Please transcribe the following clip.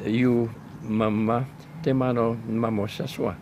jų mama tai mano mamos sesuo